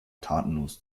tatenlos